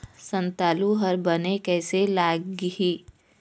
संतालु हर बने कैसे लागिही?